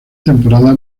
temporada